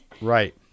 Right